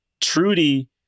Trudy